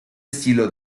estilo